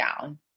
down